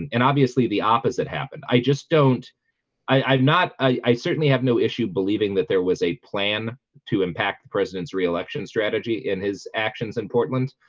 and obviously the opposite happened. i just don't i i'm not. i i certainly have no issue believing that there was a plan to impact the president's re-election strategy in his actions in portland.